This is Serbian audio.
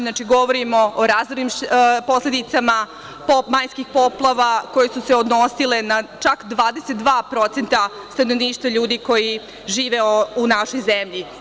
Znači, govorimo o razornim posledicama majskih poplava koje su se odnosile na čak 22% stanovništva ljudi koji žive u našoj zemlji.